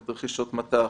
את רכישות מט"ח,